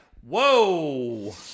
Whoa